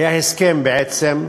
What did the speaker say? היה הסכם, בעצם,